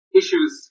issues